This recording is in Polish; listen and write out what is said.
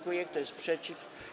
Kto jest przeciw?